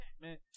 man